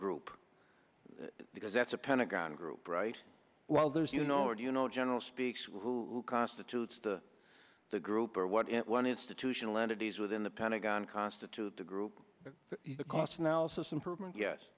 group because that's a pentagon group right well there's you know and you know general speak who constitutes the the group or what is it one institutional entities within the pentagon constitute the group the cost analysis improvement yes